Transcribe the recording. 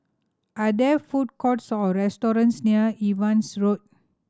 are there food courts or restaurants near Evans Road